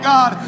God